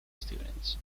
students